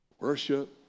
worship